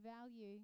value